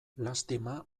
lastima